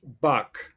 Buck